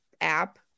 app